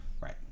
right